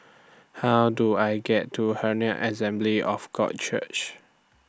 How Do I get to Herald Assembly of God Church